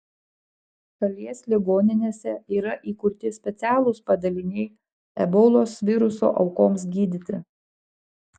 šalies ligoninėse yra įkurti specialūs padaliniai ebolos viruso aukoms gydyti